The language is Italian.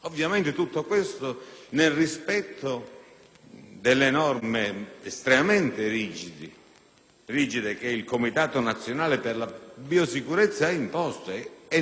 delle norme estremamente rigide che il Comitato nazionale per la biosicurezza ha imposto, oltre che del rispetto delle norme sulla *privacy*.